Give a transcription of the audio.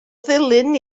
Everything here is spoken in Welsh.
ddulyn